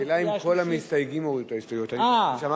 השאלה, אם כל המסתייגים הורידו את ההסתייגויות.